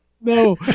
no